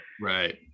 Right